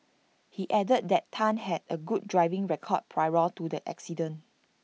he added that Tan had A good driving record prior to the accident